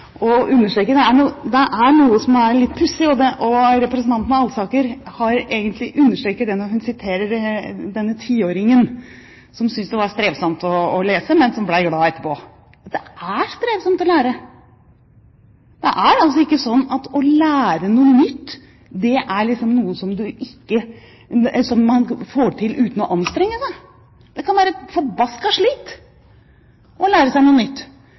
understreke, er noe litt pussig – og som representanten Alsaker egentlig understreker når hun siterer denne tiåringen som syntes det var strevsomt å lese, men som ble glad etterpå: Det er strevsomt å lære! Det er altså ikke sånn at å lære noe nytt er noe du får til uten å anstrenge deg. Det kan være et forbaska slit å lære seg noe nytt,